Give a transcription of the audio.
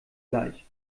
gleich